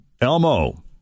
Elmo